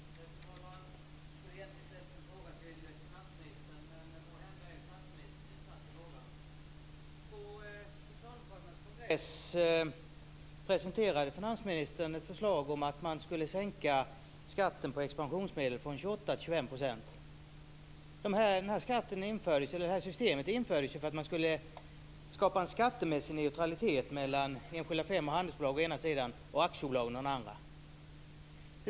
Fru talman! Jag hade velat ställa en fråga till finansministern, måhända är statsministern insatt i frågan. På socialdemokraternas kongress presenterade finansministern ett förslag om att man skulle sänka skatten på expansionsmedel från 28 % till 25 %. Det här systemet infördes för att man skulle skapa en skattemässig neutralitet mellan enskilda firmor och handelsbolag å ena sidan och aktiebolag å den andra.